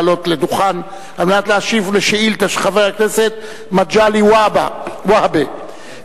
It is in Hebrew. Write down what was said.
לעלות לדוכן כדי להשיב על שאילתא של חבר הכנסת מגלי והבה בנושא: